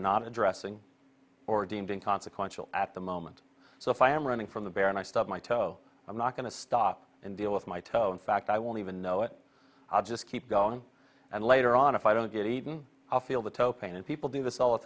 not addressing or deemed inconsequential at the moment so if i am running from the bear and i stub my toe i'm not going to stop and deal with my toe in fact i won't even know it i'll just keep going and later on if i don't get eaten i'll feel the toe pain if people do this all the